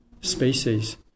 species